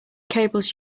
cables